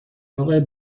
آقای